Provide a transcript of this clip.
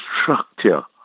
structure